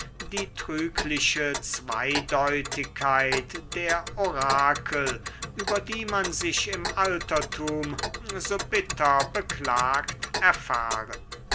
die trügliche zweideutigkeit der orakel über die man sich im altertum so bitter beklagt erfahren